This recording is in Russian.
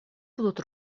будут